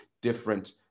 different